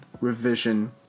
Revision